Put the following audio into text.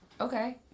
Okay